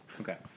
Okay